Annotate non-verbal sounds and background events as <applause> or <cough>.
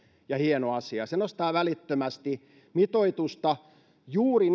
ja hieno asia se nostaa välittömästi mitoitusta juuri <unintelligible>